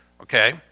okay